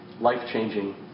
life-changing